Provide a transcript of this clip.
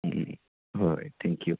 ꯎꯝ ꯍꯣꯏ ꯊꯦꯡꯀꯤꯌꯨ